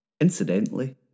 Incidentally